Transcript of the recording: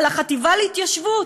על החטיבה להתיישבות,